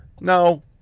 No